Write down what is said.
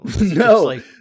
no